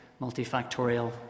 multifactorial